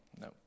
No